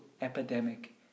epidemic